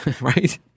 right